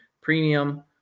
premium